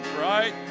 right